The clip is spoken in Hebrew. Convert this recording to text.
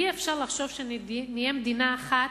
אי-אפשר לחשוב שנהיה מדינה אחת,